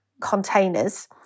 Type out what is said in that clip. containers